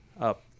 up